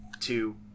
two